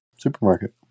supermarket